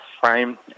frame